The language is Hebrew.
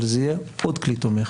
אבל זה יהיה עוד כלי תומך.